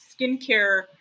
skincare